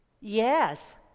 Yes